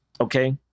okay